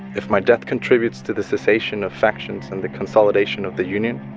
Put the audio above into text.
if my death contributes to the cessation of factions and the consolidation of the union,